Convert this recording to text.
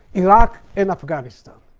iraq and afghanistan.